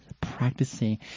practicing